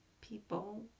people